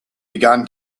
began